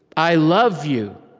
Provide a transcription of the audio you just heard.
i love you.